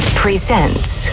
presents